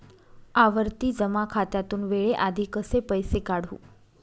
आवर्ती जमा खात्यातून वेळेआधी कसे पैसे काढू?